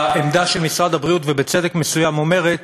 העמדה של משרד הבריאות, ובצדק מסוים, אומרת